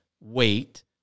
wait